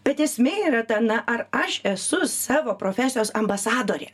bet esmė yra ta na ar aš esu savo profesijos ambasadorė